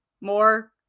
more